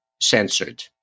censored